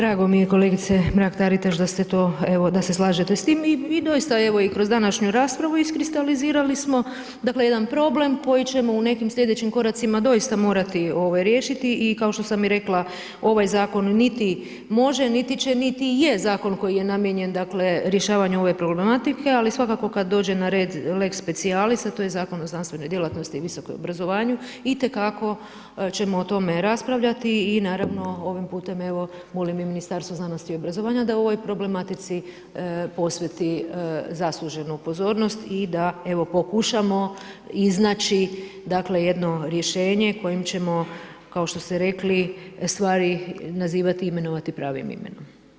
Evo drago mi je kolegice Mrak-Taritaš, da se slažete s tim i doista evo i kroz današnju raspravu iskristalizirali smo dakle jedan problem koji ćemo u nekim slijedećim koracima doista morati riješiti i kao što sam i rekla, ovaj zakon niti može niti će niti je zakon koji je namijenjen rješavanju ove problematike ali svakako kad dođe na red lex specialis a to je Zakon o znanstvenoj djelatnosti i visokom obrazovanju, itekako ćemo o tome raspravljati i naravno, ovim putem evo molim i u Ministarstvu znanosti i obrazovanja da o ovoj problematici posveti zasluženu pozornost i da evo pokušamo iznaći jedino rješenje kojim ćemo kao što ste rekli, stvari nazivati i imenovati pravim imenom.